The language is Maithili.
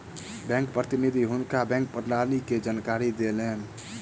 बैंक प्रतिनिधि हुनका बैंक प्रणाली के जानकारी देलैन